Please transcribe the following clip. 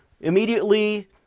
immediately